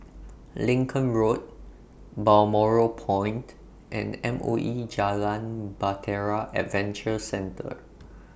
Lincoln Road Balmoral Point and M O E Jalan Bahtera Adventure Centre